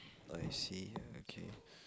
I see okay